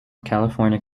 california